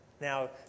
Now